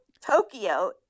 Tokyo